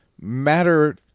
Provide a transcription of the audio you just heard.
matter